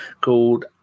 called